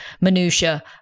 minutiae